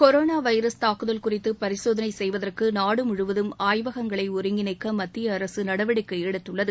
corona virus தொற்று குறித்து பரிசோதனை செய்வதற்கு நாடு முழுவதம் ஆயுவகங்களை ஒருங்கிணைக்க மத்திய அரசு நடவடிக்கை எடுத்துள்ளது